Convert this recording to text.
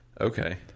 Okay